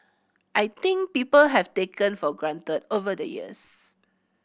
I think people have taken for granted over the years